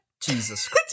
Jesus